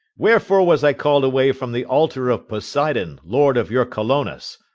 wherefore was i called away from the altar of poseidon, lord of your colonus?